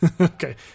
Okay